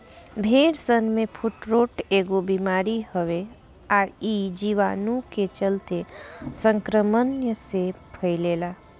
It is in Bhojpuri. भेड़सन में फुट्रोट एगो बिमारी हवे आ इ जीवाणु के चलते संक्रमण से फइले ला